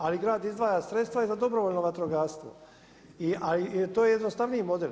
Ali grad izdvaja sredstva i za dobrovoljno vatrogastvo i to je jednostavniji model.